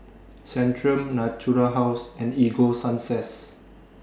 Centrum Natura House and Ego Sunsense